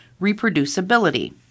reproducibility